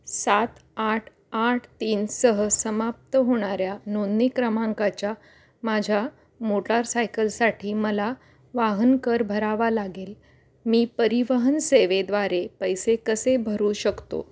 सात आठ आठ तीनसह समाप्त होणाऱ्या नोंदणी क्रमांकाच्या माझ्या मोटारसायकलसाठी मला वाहनकर भरावा लागेल मी परिवहन सेवेद्वारे पैसे कसे भरू शकतो